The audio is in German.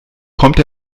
kommt